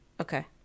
okay